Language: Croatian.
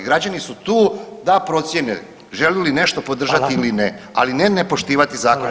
Građani su tu da procijene, žele li nešto podržati ili ne, ali ne ne poštivati zakone RH.